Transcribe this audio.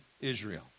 Israel